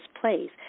Place